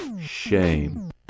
shame